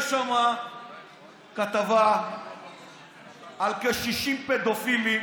יש שם כתבה כעל כ-60 פדופילים